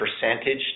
percentage